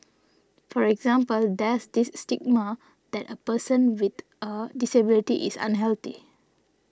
for example there's this stigma that a person with a disability is unhealthy